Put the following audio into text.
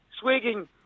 swigging